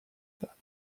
that